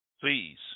Please